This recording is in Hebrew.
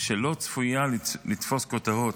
שלא צפויה לתפוס כותרות,